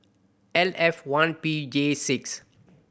L F one P J six